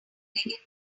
negative